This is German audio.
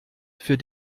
für